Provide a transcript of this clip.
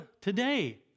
today